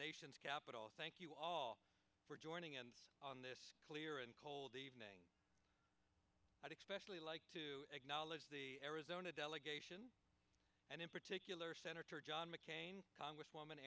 nation's capital thank you all for joining us on this clear and cold evening i'd expect we like to acknowledge the arizona delegation and in particular senator john mccain congresswoman